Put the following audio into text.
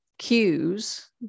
cues